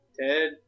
Ted